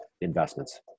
investments